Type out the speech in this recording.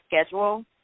schedule